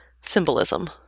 symbolism